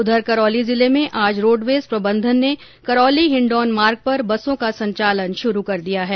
उधर करौली जिले में आज रोडवेज प्रबंधन ने करौली हिण्डौन मार्ग पर बसों का संचालन शुरू कर दिया है